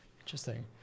Interesting